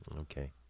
okay